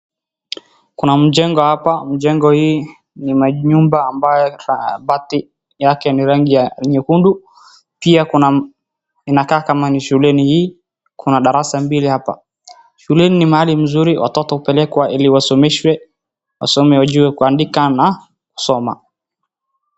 Kuna mjengo hapa, mjengo hii ni nyumba ambayo bati yake ni rangi ya nyekundu. Pia kunakaa ni kama ni shuleni hii, kuna darasa mbili hapa. Shuleni ni mahali mzuri watoto hupelekwa ili wasomeshwe, wasome wajue kuandika na kusoma.